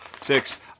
six